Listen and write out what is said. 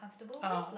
ah